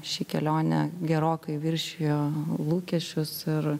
ši kelionė gerokai viršijo lūkesčius ir